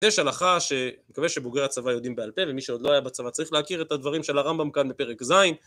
יש הלכה שאני מקווה שבוגרי הצבא יודעים בעל פה, ומי שעוד לא היה בצבא צריך להכיר את הדברים של הרמב״ם כאן בפרק ז